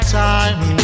time